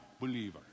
believer